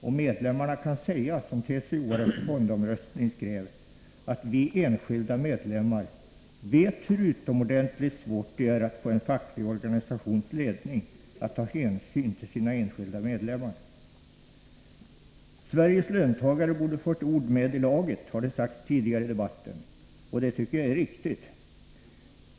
Och medlemmarna kan säga som ”TCO:are för fondomröstning” skrev, nämligen att vi enskilda medlemmar vet hur utomordentligt svårt det är att få en facklig organisations ledning att ta hänsyn till sina enskilda medlemmar. Sveriges löntagare borde få ett ord med i laget, har det sagts tidigare i debatten. Det tycker jag är riktigt.